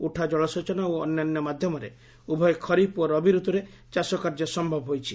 ଉଠାଜଳସେଚନ ଓ ଅନ୍ୟାନ୍ୟ ମାଧ୍ଧମରେ ଉଭୟ ଖରିଫ ଓ ରବି ରତୁରେ ଚାଷକାର୍ଯ୍ୟ ସ୍ୟବ ହୋଇଛି